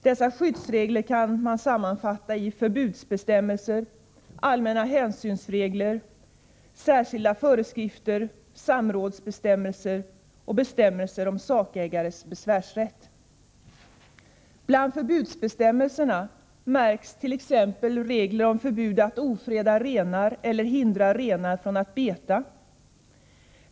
Dessa skyddsregler kan sammanfattas i förbudsbestämmelser, allmänna hänsynsregler, särskilda föreskrifter, samrådsbestämmelser och bestämmelser om sakägares besvärsrätt. Bland förbudsbestämmelserna märks t.ex. regler om förbud att ofreda renar eller hindra renar från att beta.